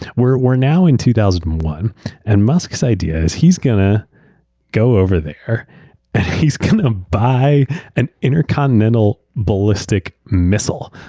we're we're now in two thousand and one and musk's idea is he's going to go over there and to kind of um buy an intercontinental ballistic missile